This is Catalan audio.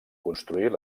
construir